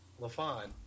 LaFon